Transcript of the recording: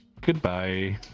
goodbye